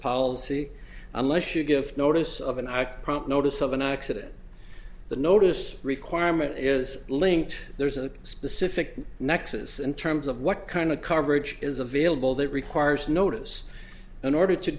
policy unless you give notice of an act prompt notice of an accident the notice requirement is linked there's a specific nexus in terms of what kind of coverage is available that requires notice in order to